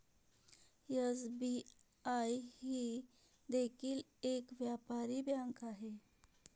SBI ही देखील एक व्यापारी बँक आहे